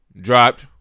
dropped